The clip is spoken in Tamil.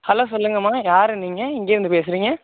ஹலோ சொல்லுங்கமா யார் நீங்கள் எங்கிருந்து பேசுகிறிங்க